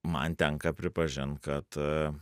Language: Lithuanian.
man tenka pripažint kad